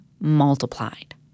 multiplied